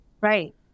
Right